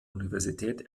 universität